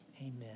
Amen